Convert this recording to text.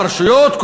ברשויות,